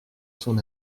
son